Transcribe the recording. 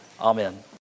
Amen